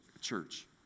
church